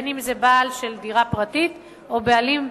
אם בעל דירה פרטית ואם בעלים,